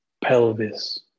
Pelvis